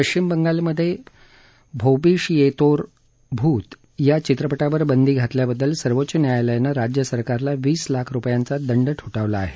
पश्चिम बंगालमधे भोबिषयोतेर भूत या चित्रपटावर बंदी घातल्याबद्दल सर्वोच्च न्यायालयानं राज्य सरकारला वीस लाख रूपयांचा दंड ठोठावला आहे